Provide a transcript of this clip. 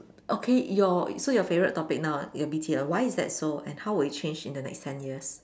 okay your so your favorite topic now ah your B_T_O why is that so and how will it change in the next ten years